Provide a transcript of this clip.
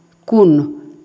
kun